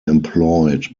employed